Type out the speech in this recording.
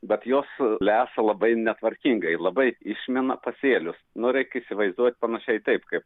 bet jos lesa labai netvarkingai labai išmina pasėlius nu reik įsivaizduot panašiai taip kaip